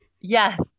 Yes